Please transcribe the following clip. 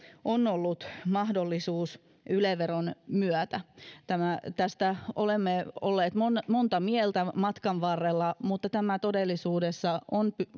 on ollut mahdollisuus yle veron myötä tästä olemme olleet monta monta mieltä matkan varrella mutta tämä todellisuudessa on